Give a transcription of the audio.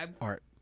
art